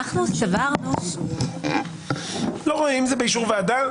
אנחנו סברנו --- אם זה באישור הוועדה,